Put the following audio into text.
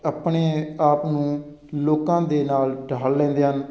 ਆਪਣੇ ਆਪ ਨੂੰ ਲੋਕਾਂ ਦੇ ਨਾਲ ਢਾਲ ਲੈਂਦੇ ਹਨ